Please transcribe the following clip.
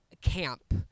camp